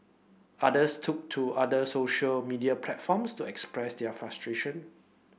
others took to other social media platforms to express their frustration